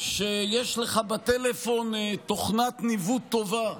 שיש לך בטלפון תוכנת ניווט טובה,